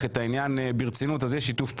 את העניין ברצינות אז יש שיתוף פעולה,